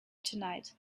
tonight